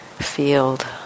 Field